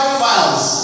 files